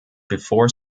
before